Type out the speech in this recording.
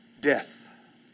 Death